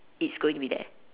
it's going to be there